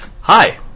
Hi